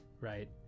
right